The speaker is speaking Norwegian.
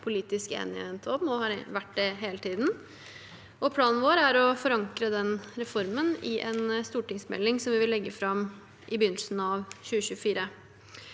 politisk enighet om og har vært det hele tiden. Planen vår er å forankre den reformen i en stortingsmelding, som vi vil legge fram i begynnelsen av 2024.